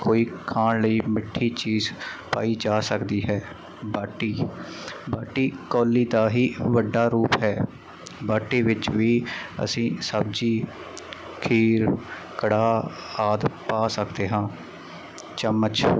ਕੋਈ ਖਾਣ ਲਈ ਮਿੱਠੀ ਚੀਜ਼ ਪਾਈ ਜਾ ਸਕਦੀ ਹੈ ਬਾਟੀ ਬਾਟੀ ਕੌਲੀ ਦਾ ਹੀ ਵੱਡਾ ਰੂਪ ਹੈ ਬਾਟੀ ਵਿੱਚ ਵੀ ਅਸੀਂ ਸਬਜ਼ੀ ਖੀਰ ਕੜਾਹ ਆਦਿ ਪਾ ਸਕਦੇ ਹਾਂ ਚਮਚ